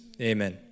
Amen